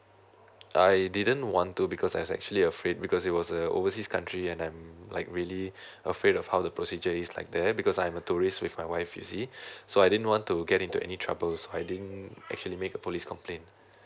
I didn't want to because I actually afraid because it was a overseas country and I'm like really afraid of how the procedure is like there because I'm a tourist with my wife you see so I didn't want to get into any trouble so I didn't actually make a police complaint